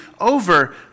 over